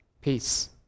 peace